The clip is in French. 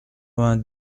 vingt